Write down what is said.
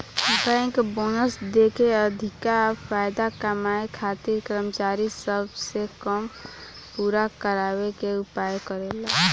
bank bonus देके अधिका फायदा कमाए खातिर कर्मचारी सब से काम पूरा करावे के उपाय करेले